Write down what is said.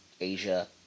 Asia